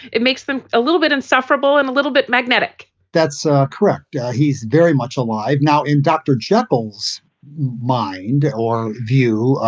it makes them a little bit insufferable and a little bit magnetic that's ah correct. yeah he's very much alive now in dr. jekyll's mind or view.